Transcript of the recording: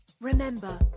Remember